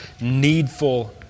needful